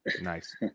Nice